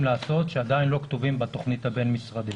לעשות שעדיין לא כתובים בתכנית הבין-משרדית.